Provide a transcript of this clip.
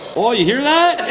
oh, you hear that?